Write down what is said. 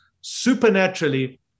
supernaturally